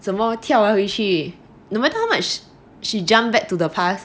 怎么跳完回去 no matter how much she jumped back to the past